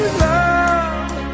love